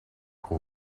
pour